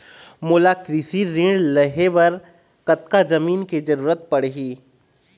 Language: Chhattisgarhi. मोला कृषि ऋण लहे बर कतका जमीन के जरूरत पड़ही?